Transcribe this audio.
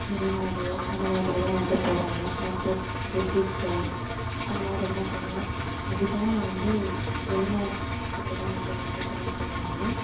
வெளிநாடு அந்தமாதிரி தான் வந்து போகிறாங்க மற்ற டிஸ்ட்ரிக் அந்தமாதிரி தான் போவாங்க அதிகமாக வந்து வெளிநாட்டுக்கு தான் வந்து வேலைக்கெல்லாம் போவாங்க